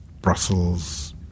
Brussels